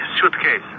suitcase